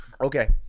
Okay